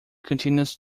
continues